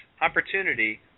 opportunity